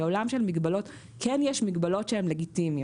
בעולם של מגבלות כן יש מגבלות שהן לגיטימיות.